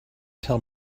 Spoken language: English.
tell